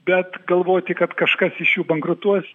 bet galvoti kad kažkas iš jų bankrutuos